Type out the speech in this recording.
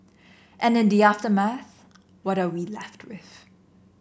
and in the aftermath what are we left with